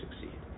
succeed